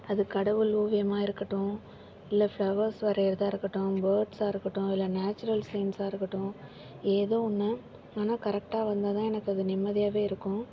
அது கடவுள் ஓவியமாக இருக்கட்டும் இல்லை ஃப்ளவர்ஸ் வரையறதாக இருக்கட்டும் பேர்ட்ஸாக இருக்கட்டும் இல்லை நேச்சுரல் சீன்ஸாக இருக்கட்டும் ஏதோ ஒன்று ஆனால் கரெக்டாக வந்தாதான் எனக்கு அது நிம்மதியாகவே இருக்கும்